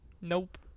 Nope